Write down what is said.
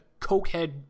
cokehead